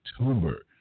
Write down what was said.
October